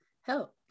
help